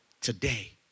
today